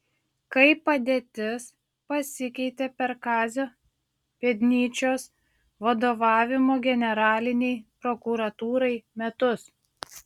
kaip padėtis pasikeitė per kazio pėdnyčios vadovavimo generalinei prokuratūrai metus